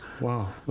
Wow